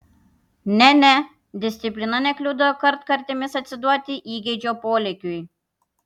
ne ne disciplina nekliudo kartkartėmis atsiduoti įgeidžio polėkiui